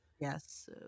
Yes